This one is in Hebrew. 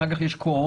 אחר כך יש קורונה.